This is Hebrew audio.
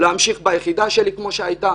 להמשיך בשירות הצבאי כמו שהיה,